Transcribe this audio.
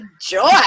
joy